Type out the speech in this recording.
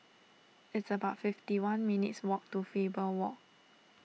it's about fifty one minutes walk to Faber Walk